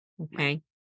okay